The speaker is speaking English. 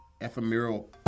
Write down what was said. Ephemeral